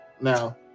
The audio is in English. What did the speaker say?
now